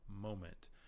moment